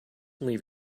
leave